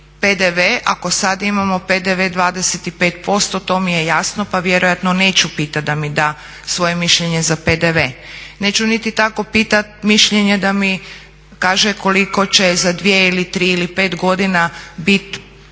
PDV, ako sad imamo PDV 25% to mi je jasno pa vjerojatno neću pitat da mi da svoje mišljenje za PDV. Neću niti tako pitat mišljenje da mi kaže koliko će za 2, 3 ili 5 godina bit